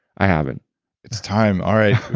i haven't it's time. all right.